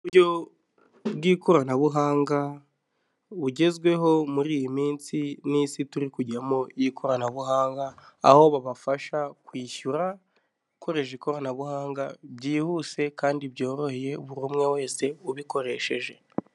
Uburyo bw'ikoranabuhanga bugezweho muri iyi minsi, n'isi turi kujyamo y'ikoranabuhanga aho babafasha kwishyurakoresheje ikoranabuhanga byihuse kandi byoroheye buri umwe wese ubikoresheje.